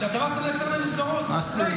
שהצבא צריך לייצר להם מסגרות --- יש,